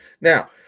Now